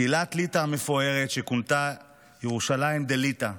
קהילת ליטא המפוארת, שכונתה "ירושלים דליטא",